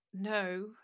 no